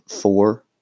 four